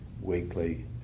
weekly